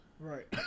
Right